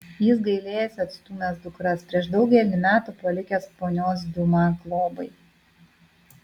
jis gailėjosi atstūmęs dukras prieš daugelį metų palikęs ponios diuma globai